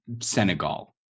Senegal